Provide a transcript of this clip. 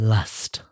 Lust